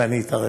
ואני אתערב.